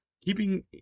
Keeping